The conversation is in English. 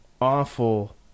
awful